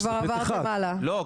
זה ב' 1. לא,